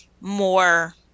more